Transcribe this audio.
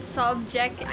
subject